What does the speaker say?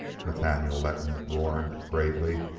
nathaniel letton warned gravely.